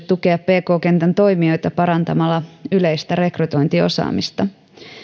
tukea pk kentän toimijoita parantamalla yleistä rekrytointiosaamista